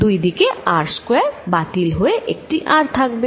দুই দিকে r square বাতিল হয়ে একটি r থাকবে